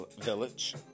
Village